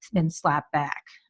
been slapped back.